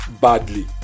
badly